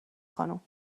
خانم